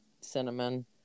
Cinnamon